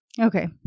Okay